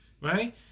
right